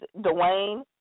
Dwayne